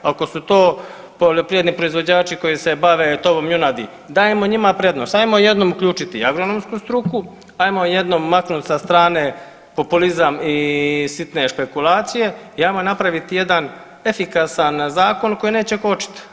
Ako su to poljoprivredni proizvođači koji se bave tovom junadi, dajmo njima prednost ajmo jednom uključiti i agronomsku struku, ajmo jednom maknut sa strane populizam i sitne špekulacije i ajmo napraviti jedan efikasan zakon koji neće kočit.